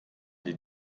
die